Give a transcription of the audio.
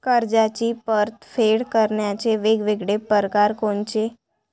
कर्जाची परतफेड करण्याचे वेगवेगळ परकार कोनचे?